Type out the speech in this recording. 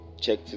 check